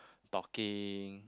talking